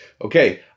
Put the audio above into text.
Okay